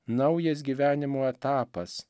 naujas gyvenimo etapas